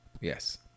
Yes